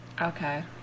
Okay